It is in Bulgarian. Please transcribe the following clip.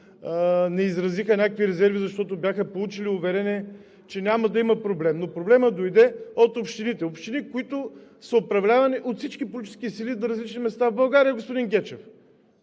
не изразиха някакви резерви, защото бяха получили уверение, че няма да има проблем. Но проблемът дойде от общините – общини, които са управлявани от всички политически сили, в различни места в България, господин Гечев.